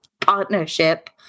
partnership